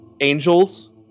angels